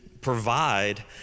provide